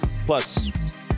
Plus